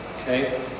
Okay